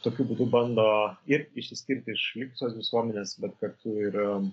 tokiu būdu bando ir išsiskirti iš likusios visuomenės bet kartu ir